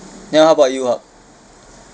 then how about you haq